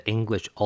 English